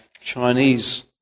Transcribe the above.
Chinese